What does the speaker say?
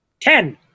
Ten